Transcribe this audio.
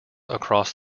across